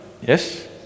yes